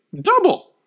double